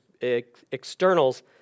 externals